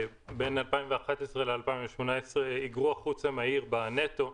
בין 2011-2018 היגרו החוצה מהעיר בנטו,